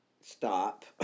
stop